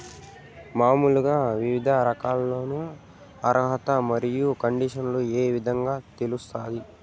మామూలుగా వివిధ రకాల లోను అర్హత మరియు కండిషన్లు ఏ విధంగా తెలుస్తాది?